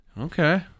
Okay